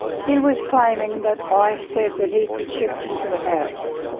he was claiming that i said that he could shift into the house,